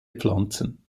pflanzen